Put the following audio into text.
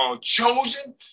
Chosen